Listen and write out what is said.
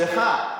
סליחה,